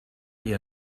eher